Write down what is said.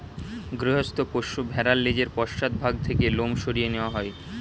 গৃহস্থ পোষ্য ভেড়ার লেজের পশ্চাৎ ভাগ থেকে লোম সরিয়ে নেওয়া হয়